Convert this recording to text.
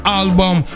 album